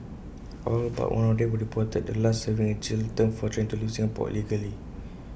all but one of them were deported the last serving A jail term for trying to leave Singapore illegally